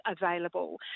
available